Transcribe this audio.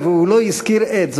הוא לא הזכיר את,